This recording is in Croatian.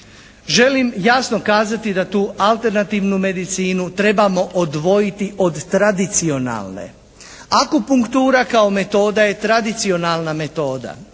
Želim jasno kazati da tu alternativnu medicinu trebamo odvojiti od tradicionalne. Akupunktura kao metoda je tradicionalna metoda,